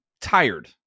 tired